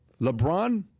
LeBron